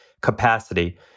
capacity